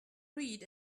read